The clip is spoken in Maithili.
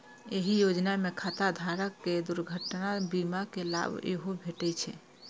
एहि योजना मे खाता धारक कें दुर्घटना बीमा के लाभ सेहो भेटै छै